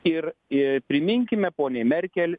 ir ir priminkime poniai merkel